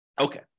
Okay